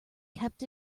kept